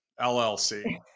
LLC